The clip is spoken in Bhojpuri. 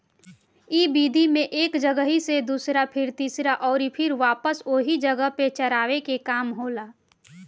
इ विधि में एक जगही से दूसरा फिर तीसरा अउरी फिर वापस ओही जगह पे चरावे के काम होला